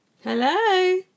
Hello